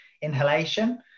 inhalation